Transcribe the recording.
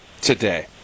today